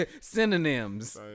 Synonyms